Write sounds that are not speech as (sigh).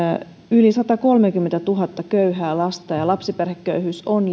yli satakolmekymmentätuhatta köyhää lasta ja lapsiperheköyhyys on (unintelligible)